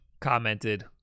commented